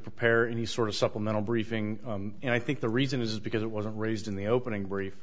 prepare any sort of supplemental briefing and i think the reason is because it wasn't raised in the opening brief